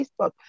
Facebook